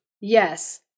Yes